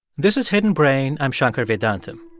this is hidden brain. i'm shankar vedantam.